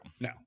No